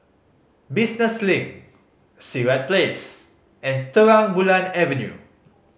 Business Link Sirat Place and Terang Bulan Avenue